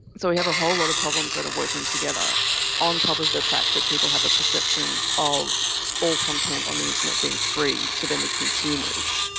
so we have a whole lot of problems that are working together on top of the fact that people have a perception of all content on the internet being free to them as consumers.